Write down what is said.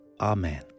Amen